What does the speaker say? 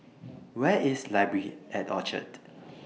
Where IS Library At Orchard